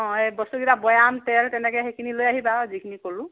অঁ সেই বস্তু কিটা বৈয়াম তেল তেনেকে সেইখিনি লৈ আহিবা আৰু যিখিনি ক'লো